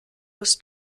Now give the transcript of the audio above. was